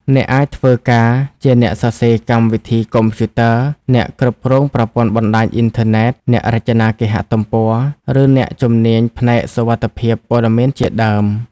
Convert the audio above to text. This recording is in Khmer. អ្នកអាចធ្វើការជាអ្នកសរសេរកម្មវិធីកុំព្យូទ័រ អ្នកគ្រប់គ្រងប្រព័ន្ធបណ្តាញអ៊ីនធឺណិត អ្នករចនាគេហទំព័រ ឬអ្នកជំនាញផ្នែកសុវត្ថិភាពព័ត៌មានជាដើម។